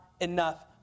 enough